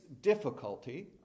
difficulty